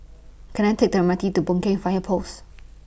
Can I Take The M R T to Boon Keng Fire Post